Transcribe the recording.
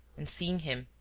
and seeing him,